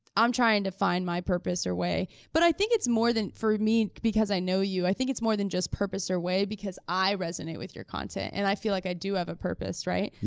i'm trying to find my purpose or way, but i think it's more than, for me, because i know you, i think it's more than just purpose or way because i resonate with your content, and i feel like i do have a purpose, right?